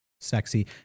sexy